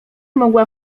mogła